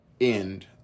End